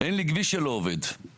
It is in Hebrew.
שהוא מאוד קטן יחסית לגודל השטח.